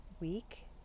week